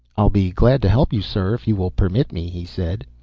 i'll be glad to help you, sir, if you will permit me, he said.